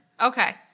okay